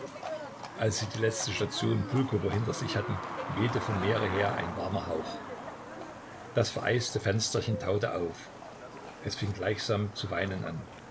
als sie die letzte station pulkowo hinter sich hatten wehte vom meere her ein warmer hauch das vereiste fensterchen taute auf es fing gleichsam zu weinen an